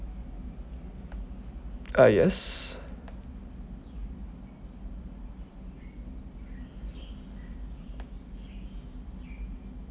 uh yes